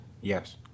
Yes